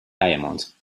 diamonds